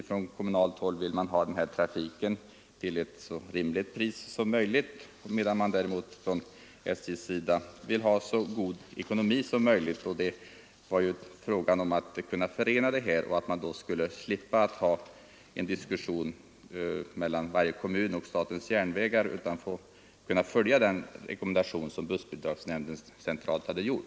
Från kommunalt håll vill man ha denna trafik till ett så rimligt pris som möjligt, medan man på SJ vill att trafiken skall vara så ekonomiskt lönsam som möjligt. Här gäller det alltså att kunna förena de båda önskemålen och slippa diskussioner mellan varje kommun och statens järnvägar, vilket man skulle göra om man följer den rekommendation som bussbidragsnämnden har gjort.